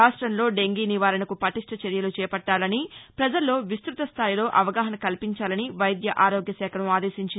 రాష్టంలో డెంగీ నివారణకు పటిష్ట చర్యలు చేపట్టాలని ప్రజల్లో విస్పత స్థాయిలో అవగాహన కల్పించాలని వైద్య ఆరోగ్య శాఖను ఆదేశించింది